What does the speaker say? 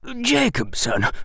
Jacobson